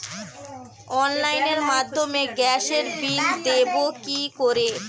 অনলাইনের মাধ্যমে গ্যাসের বিল দেবো কি করে?